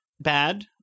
bad